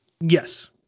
yes